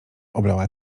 oblała